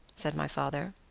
said my father,